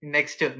Next